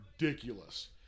ridiculous